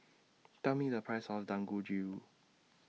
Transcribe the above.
Tell Me The Price of Dangojiru